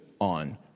on